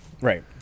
Right